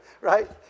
right